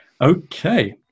Okay